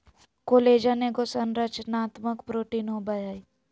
collagen एगो संरचनात्मक protein होबैय हइ